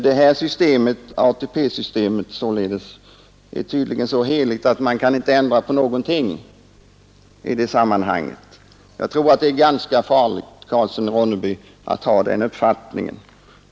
ATP-systemet är tydligen så heligt att man inte kan tänka sig någon ändring. Jag tror att det är ganska farligt, herr Karlsson i Ronneby, att ha den uppfattningen.